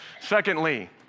Secondly